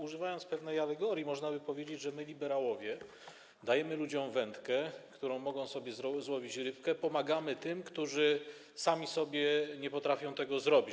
Używając pewnej alegorii, można by powiedzieć, że my, liberałowie, dajemy ludziom wędkę, którą mogą sobie złowić rybkę, i pomagamy tym, którzy sami nie potrafią tego zrobić.